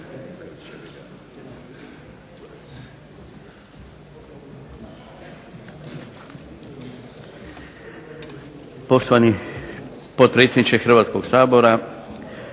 Poštovani potpredsjedniče Hrvatskog sabora,